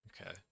Okay